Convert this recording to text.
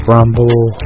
Rumble